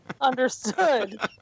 Understood